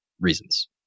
reasons